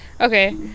Okay